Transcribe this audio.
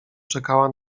czekała